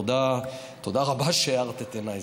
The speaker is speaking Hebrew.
תודה רבה על שהארת את עיניי.